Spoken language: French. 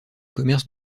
commerce